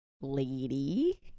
lady